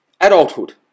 adulthood